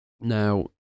Now